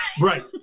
Right